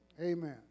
amen